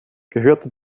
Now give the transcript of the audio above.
gehörte